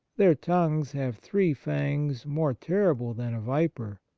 their tongues have three fangs more terrible than a viper.